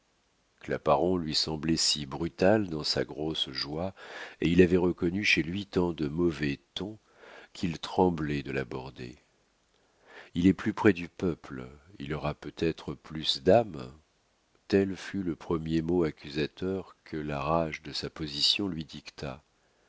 claparon lui semblait si brutal dans sa grosse joie et il avait reconnu chez lui tant de mauvais ton qu'il tremblait de l'aborder il est plus près du peuple il aura peut-être plus d'âme tel fut le premier mot accusateur que la rage de sa position lui dicta